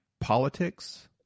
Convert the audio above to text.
politics